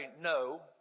no